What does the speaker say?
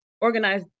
organize